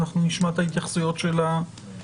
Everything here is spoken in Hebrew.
אנחנו נשמע את ההתייחסויות של המדינה.